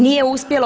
Nije uspjelo.